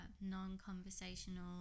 non-conversational